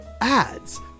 ads